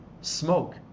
smoke